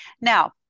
Now